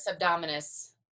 abdominis